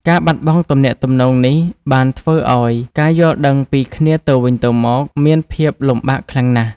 ការបាត់បង់ទំនាក់ទំនងនេះបានធ្វើឲ្យការយល់ដឹងពីគ្នាទៅវិញទៅមកមានភាពលំបាកខ្លាំងណាស់។